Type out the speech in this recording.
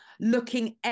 looking